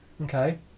okay